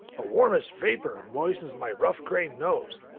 a warmish vapor moistens my rough-grained nose.